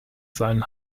seinen